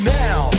now